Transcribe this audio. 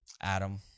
Adam